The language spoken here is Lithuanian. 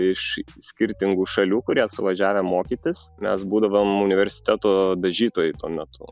iš skirtingų šalių kurie suvažiavę mokytis mes būdavom universiteto dažytojai tuo metu